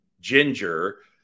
ginger